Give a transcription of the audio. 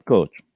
Coach